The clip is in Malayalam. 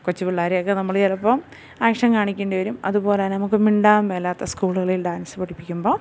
കൊച്ചു പിള്ളേരെ ഒക്കെ നമ്മൾ ചിലപ്പം ആക്ഷൻ കാണിക്കേണ്ടി വരും അതുപോലെത്തന്നെ നമുക്ക് മിണ്ടാൻ മേലാത്ത സ്കൂളുകളിൽ ഡാൻസ് പഠിപ്പിക്കുമ്പോൾ